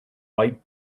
white